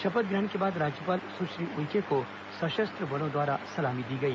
शपथ ग्रहण के बाद राज्यपाल सुश्री उइके को सशस्त्र बलों द्वारा सलामी दी गई